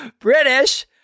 British